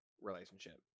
relationship